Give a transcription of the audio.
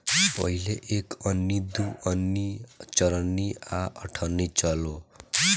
पहिले एक अन्नी, दू अन्नी, चरनी आ अठनी चलो